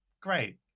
great